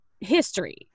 history